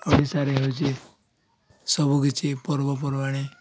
ଓଡ଼ିଶାରେ ହେଉଛି ସବୁକିଛି ପର୍ବପର୍ବାଣି